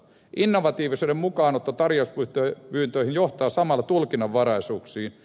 innovatiivisuuden mukaanotto tarjouspyyntöihin johtaa samalla tulkinnanvaraisuuksiin